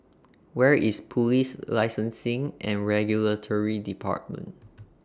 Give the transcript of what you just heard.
Where IS Police Licensing and Regulatory department